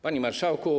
Panie Marszałku!